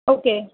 okay